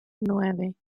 nueve